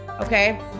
Okay